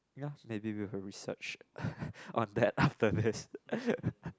ya maybe we will research on that after this